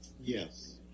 yes